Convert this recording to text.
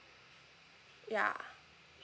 ya